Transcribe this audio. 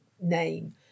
name